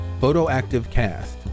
photoactivecast